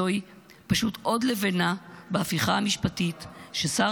זוהי פשוט עוד לבנה בהפיכה המשפטית ששר